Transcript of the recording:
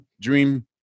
dream